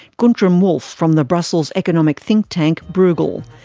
guntram wolff from the brussels economic think-tank, bruegel.